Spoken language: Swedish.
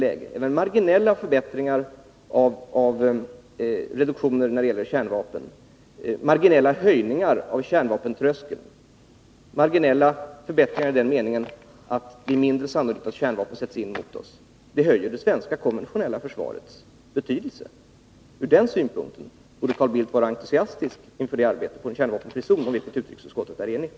Även marginella reduktioner när det gäller kärnvapen, marginella höjningar av kärnvapentröskeln — marginella förbättringar i den meningen att det är mindre sannolikt att kärnvapen sätts in mot oss — ökar det svenska konventionella försvarets betydelse. Ur den synpunkten borde Carl Bildt vara entusiastisk inför det arbete för en kärnvapenfri zon om vilket utrikesutskottet är enigt.